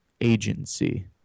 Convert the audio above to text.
Agency